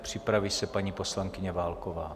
Připraví se paní poslankyně Válková.